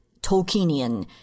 Tolkienian